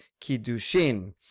Kiddushin